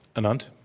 anant?